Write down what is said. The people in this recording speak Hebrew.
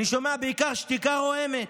אני שומע בעיקר שתיקה רועמת.